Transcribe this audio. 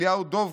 אליהו דובקין,